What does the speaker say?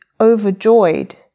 overjoyed